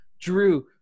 Drew